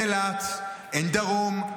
אין אילת, אין דרום,